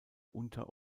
unter